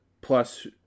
plus –